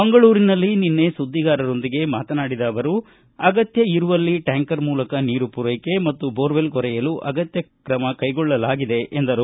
ಮಂಗಳೂರಿನಲ್ಲಿ ನಿನ್ನೆ ಸುದ್ದಿಗಾರರೊಂದಿಗೆ ಮಾತನಾಡಿದ ಅವರು ಅಗತ್ತ ಇರುವಲ್ಲಿ ಟ್ಯಾಂಕರ್ ಮೂಲಕ ನೀರು ಪೂರೈಕೆ ಮತ್ತು ಬೋರ್ವೆಲ್ ಕೊರೆಯಲು ಅಗತ್ಯ ಕ್ರಮ ಕೈಗೊಳ್ಳಲಾಗಿದೆ ಎಂದರು